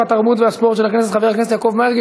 התרבות והספורט של הכנסת חבר הכנסת יעקב מרגי.